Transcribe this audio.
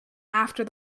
after